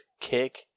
kick